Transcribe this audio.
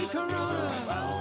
Corona